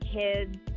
kids